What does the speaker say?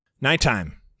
nighttime